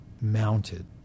mounted